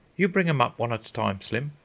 you bring em up one at a time, slim,